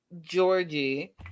georgie